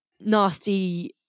nasty